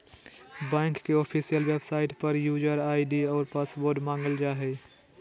bank के official website पर user ID और पासवर्ड मांगल जा हइ